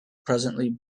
presently